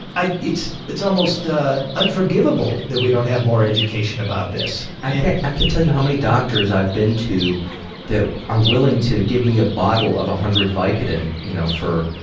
it's it's almost unforgivable that we don't have more education about this. i can't tell you how many doctors i've been to that are willing to give me a bottle of a hundred vicodin you know for,